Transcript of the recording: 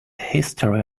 history